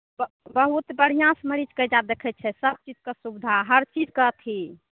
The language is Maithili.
बहुत बढ़िऑं सऽ मरीजके एहिजा देखै छै सब चीजके सुबिधा हर चीजके अथी